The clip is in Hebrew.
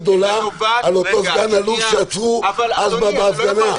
גדולה על אותו סגן אלוף שעצרו אז בהפגנה.